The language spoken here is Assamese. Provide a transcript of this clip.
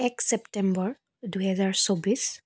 এক চেপ্তেম্বৰ দুহেজাৰ চৌব্বিছ